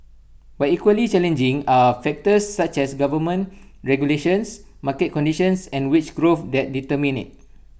but equally challenging are factors such as government regulations market conditions and wage growth that determine IT